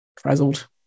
frazzled